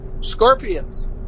scorpions